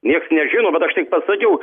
niekas nežino bet aš tik pasakiau